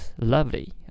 lovely